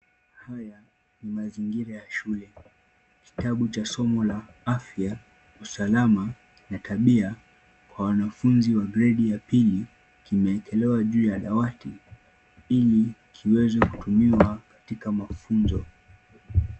Haya ni mazingira ya shule. Kitabu cha somo la afya usalama na tabia kwa wanafunzi wa gredi ya pili kimeekelewa juu ya dawati ili kiweze kutumiwa katika mafunzo.